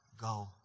go